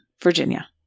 Virginia